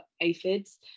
aphids